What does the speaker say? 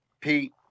Pete